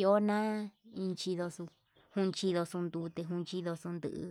iho na inchinduxu junchidoxo ndute junchidoxu nduu.